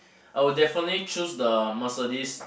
I would definitely choose the Mercedes